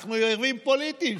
אנחנו יריבים פוליטיים,